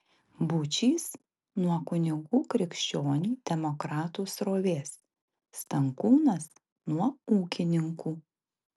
būčys nuo kunigų krikščionių demokratų srovės stankūnas nuo ūkininkų